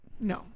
No